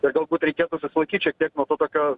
ir galbūt reikėtų susilaikyt šiek tiek nuo to tokio